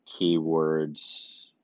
keywords